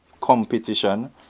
competition